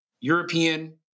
European